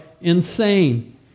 insane